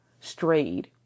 strayed